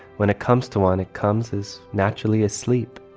when it comes to when it comes is naturally asleep.